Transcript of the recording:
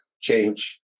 change